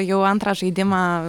jau antrą žaidimą